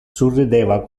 surrideva